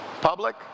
Public